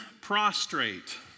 prostrate